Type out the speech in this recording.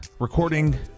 recording